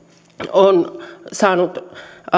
on saanut